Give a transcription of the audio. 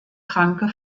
kranke